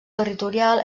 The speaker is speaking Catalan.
territorial